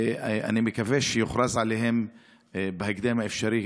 ואני מקווה שהם יוכרזו ארגון טרור בהקדם האפשרי.